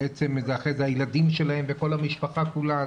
ואחרי זה הילדים שלהם והמשפחה כולה,